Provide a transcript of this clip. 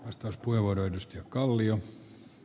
arvoisa puhemies